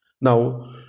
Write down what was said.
Now